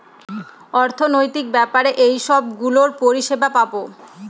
অর্থনৈতিক ব্যাপারে এইসব গুলোর পরিষেবা পাবো